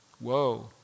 Whoa